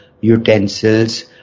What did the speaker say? utensils